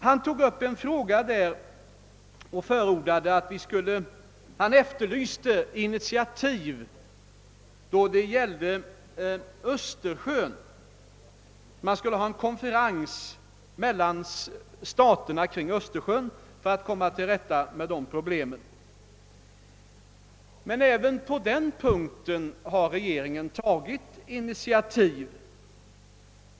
Han efterlyste också initiativ i fråga om Östersjön; man skulle ha en konferens mellan staterna kring Östersjön för att komma till rätta med miljövårdsproblem där. Men även på den punkten har regeringen tagit initiativ.